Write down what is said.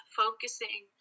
focusing